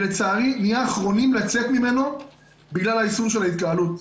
לצערי נהיה אחרונים לצאת ממנו בגלל היישום של איסור התקהלות.